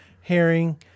herring